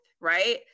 right